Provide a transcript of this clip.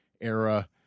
era